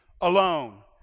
alone